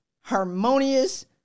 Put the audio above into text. harmonious